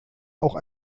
auch